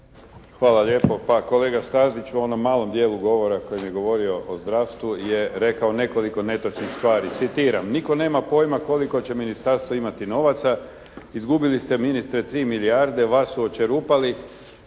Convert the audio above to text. Hvala lijepo. Pa kolega Stazić u onom malom dijelu govora u kojem je govorio o zdravstvu je rekao nekoliko netočnih stvari. Citiram: «Nitko nema pojma koliko će ministarstvo imati novaca. Izgubili ste ministre 3 milijarde. Vas su očerupali.»